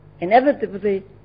Inevitably